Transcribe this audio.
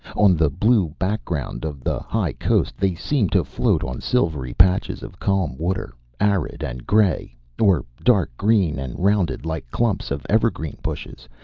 on the blue background of the high coast they seem to float on silvery patches of calm water, arid and gray, or dark green and rounded like clumps of evergreen bushes,